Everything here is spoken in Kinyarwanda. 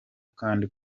kandi